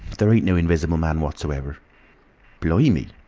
there ain't no invisible man whatsoever blimey.